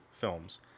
films